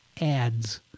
ads